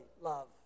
love